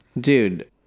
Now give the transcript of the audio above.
Dude